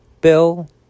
bill